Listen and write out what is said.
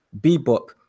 Bebop